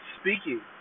Speaking